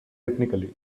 ethnically